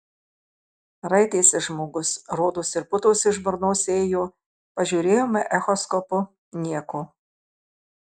raitėsi žmogus rodos ir putos iš burnos ėjo pažiūrėjome echoskopu nieko